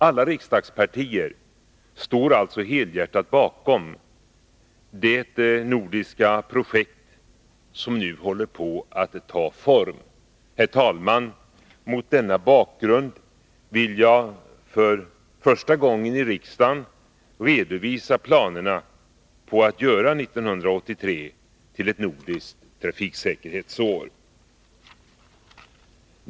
Alla riksdagspartier står alltså helhjärtat bakom det nordiska projekt som nu håller på att ta form. Herr talman! Mot denna bakgrund vill jag för första gången i riksdagen redovisa planerna på att göra 1983 till ett nordiskt trafiksäkerhetsår.